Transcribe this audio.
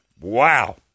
Wow